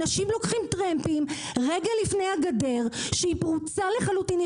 אנשים לוקחים טרמפים רגע לפני הגדר שפרוצה לחלוטין.